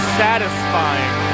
satisfying